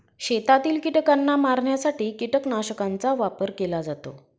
शेतातील कीटकांना मारण्यासाठी कीटकनाशकांचा वापर केला जातो